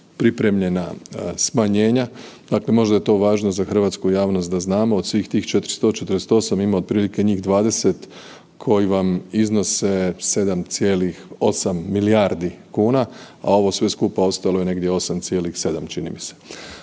pripremljena smanjenja, dakle možda je to važno za hrvatsku javnost da znamo, od svih tih 448, ima otprilike njih 20 koji vam iznose 7,8 milijardi kuna, a ovo sve skupa ostalo je negdje 8,7, čini mi se.